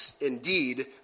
Indeed